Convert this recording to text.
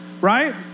right